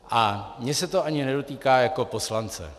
A mě se to ani nedotýká jak poslance.